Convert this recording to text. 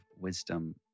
Wisdom